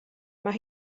mae